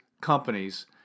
companies